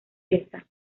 fiesta